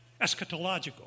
eschatological